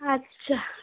আচ্ছা